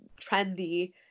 trendy